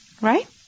Right